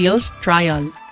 Trial